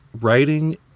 writing